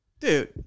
Dude